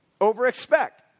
Over-expect